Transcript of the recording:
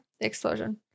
explosion